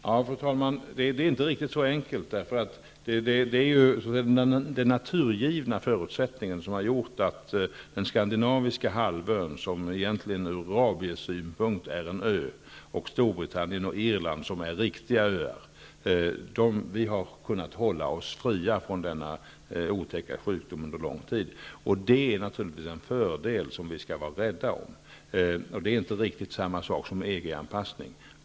Fru talman! Det är inte riktigt så enkelt. Det är den naturgivna förutsättningen som har gjort att den skandinaviska halvön, som från rabiessynpunkt är en ö, och Storbritannien och Irland, som är riktiga öar, under lång tid har kunnat hålla sig fria från denna otäcka sjukdom, och det är naturligtvis en fördel som vi skall vara rädda om. Det är inte riktigt samma sak som EG-anpassning.